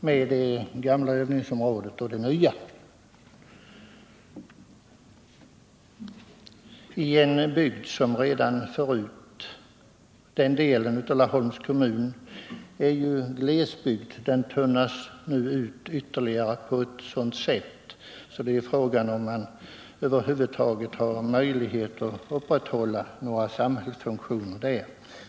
Denna del av Laholms kommun är redan förut en glesbygd. Den tunnas nu ut ytterligare på ett sådant sätt att fråga är om man över huvud taget har möjlighet att upprätthålla några samhällsfunktioner där.